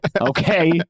Okay